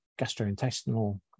gastrointestinal